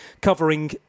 covering